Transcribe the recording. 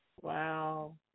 wow